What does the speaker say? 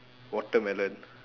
watermelon